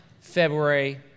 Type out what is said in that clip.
February